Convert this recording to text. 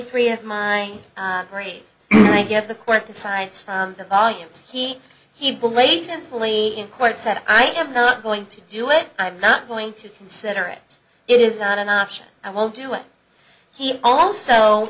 three of my great idea of the court decides for the volumes he he blatant fully in court said i am not going to do it i'm not going to consider it it is not an option i won't do it he also